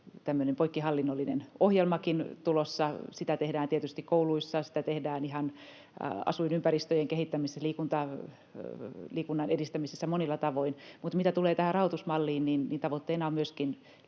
poikkihallinnollinen ohjelmakin tulossa. Sitä tehdään tietysti kouluissa, sitä tehdään ihan asuinympäristöjen kehittämisessä ja liikunnan edistämisessä monilla tavoin, mutta mitä tulee tähän rahoitusmalliin, niin tavoitteena on myöskin